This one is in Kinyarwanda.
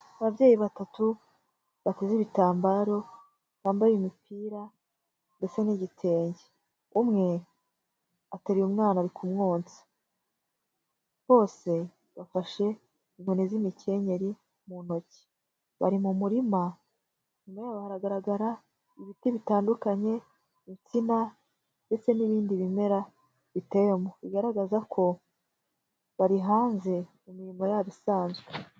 Ababyeyi batatu bateze ibitambaro bambaye imipira ndetse n'igitenge, umwe ateruye umwana ari kumwonsa, bose bafashe inkoni z'imikenyeri mu ntoki. Bari mu murima inyuma yabo hagaragara ibiti bitandukanye, ibinsina ndetse n'ibindi bimera biteyemo, bigaragaza ko bari hanze mu imirimo yabo isanzwe.